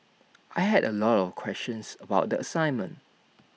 I had A lot of questions about the assignment